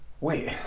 wait